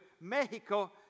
Mexico